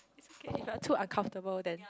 it's okay if you're too uncomfortable then